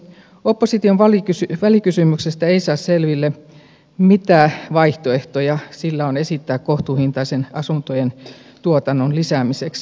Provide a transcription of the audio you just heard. opposition välikysymyksestä ei saa selville mitä vaihtoehtoja sillä on esittää kohtuuhintaisen asuntojen tuotannon lisäämiseksi